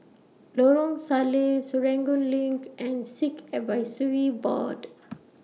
Lorong Salleh Serangoon LINK and Sikh Advisory Board